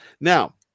Now